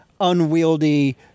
unwieldy